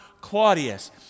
Claudius